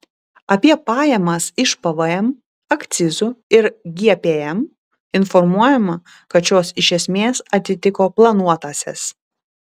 apie pajamas iš pvm akcizų ir gpm informuojama kad šios iš esmės atitiko planuotąsias